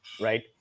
right